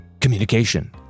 communication